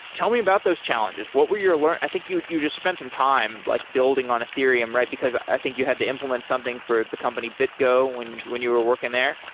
tell me about those challenges. what were your learn i think you you just spend some time like building on ethereum, right? because, i think you had to implement something for the company bitgo when when you were working there.